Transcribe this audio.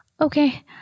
Okay